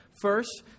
First